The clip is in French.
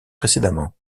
précédemment